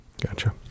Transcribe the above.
Gotcha